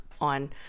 on